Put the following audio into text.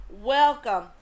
welcome